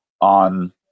on